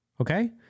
okay